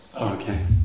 okay